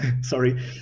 Sorry